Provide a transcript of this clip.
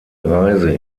reise